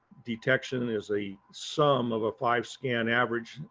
detection is a sum of a five scan average.